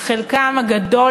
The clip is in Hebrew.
אך חלקם הגדול,